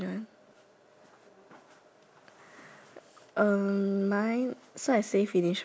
uh mine so I say finish first then you say yours or we one by one okay